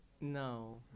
No